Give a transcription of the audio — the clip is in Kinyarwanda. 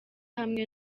hamwe